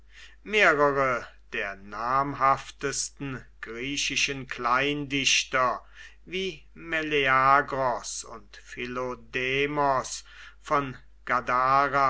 der namhaftesten griechischen kleindichter wie meleagros und philodemos von